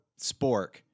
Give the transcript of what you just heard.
spork